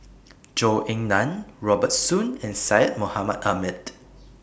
Zhou Ying NAN Robert Soon and Syed Mohamed Ahmed